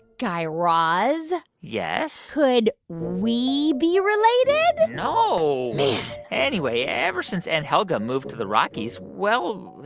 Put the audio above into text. guy raz? yes? could we be related? no man anyway, ever since aunt helga moved to the rockies, well,